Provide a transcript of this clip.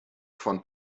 von